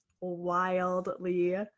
wildly